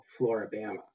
Florabama